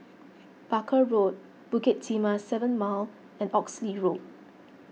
Barker Road Bukit Timah seven Mile and Oxley Road